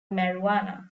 marijuana